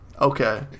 Okay